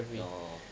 orh